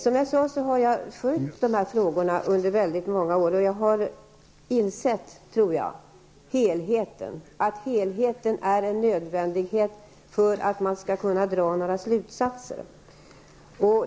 Jag har, som jag sade, följt dessa frågor under många år, och jag har insett att det är nödvändigt att se helheten för att kunna dra några slutsatser.